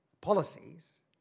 Policies